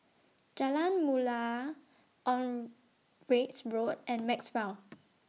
Jalan Mulia Onraet's Road and Maxwell